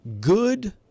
good